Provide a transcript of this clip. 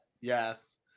yes